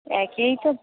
একেই তো